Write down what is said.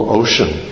ocean